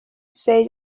say